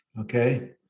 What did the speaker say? Okay